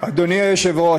אדוני היושב-ראש,